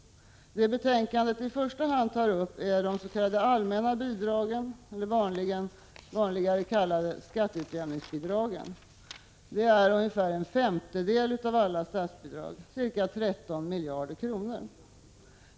Det som i första hand tas upp i betänkandet är de s.k. allmänna bidragen, eller vanligare kallade skatteutjämningsbidragen. De utgör ungefär en femtedel av alla statsbidrag, ca 13 miljarder kronor.